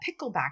pickleback